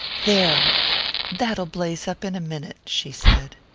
there that'll blaze up in a minute, she said.